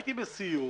הייתי בסיור